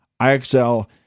IXL